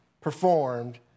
performed